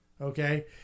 Okay